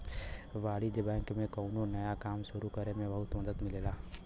वाणिज्यिक बैंक से कौनो नया काम सुरु करे में बहुत मदद मिलेला